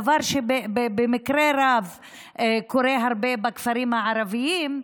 דבר שבמקרה קורה הרבה בכפרים הערביים,